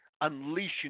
unleashing